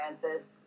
Francis